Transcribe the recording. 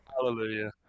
hallelujah